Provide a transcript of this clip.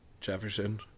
Jefferson